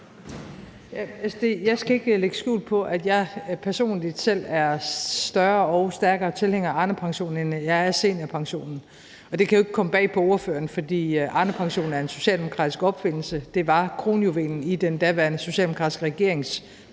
Jeg skal ikke lægge skjul på, at jeg personligt selv er større og stærkere tilhænger af Arnepensionen, end jeg er af seniorpensionen, og det kan jo ikke komme bag på ordføreren, for Arnepensionen er en socialdemokratisk opfindelse – det var kronjuvelen i den daværende socialdemokratiske regerings